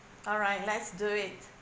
alright let's do it